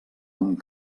amb